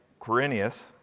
Quirinius